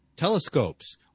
Telescopes